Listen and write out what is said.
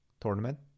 tournament